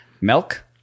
milk